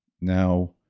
Now